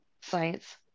science